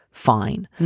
fine.